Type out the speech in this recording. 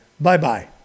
Bye-bye